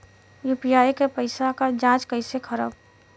UPI के पैसा क जांच कइसे करब?